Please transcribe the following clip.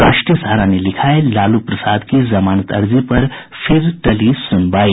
राष्ट्रीय सहारा ने लिखा है लालू प्रसाद की जमानत अर्जी पर फिर टली सुनवाई